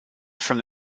from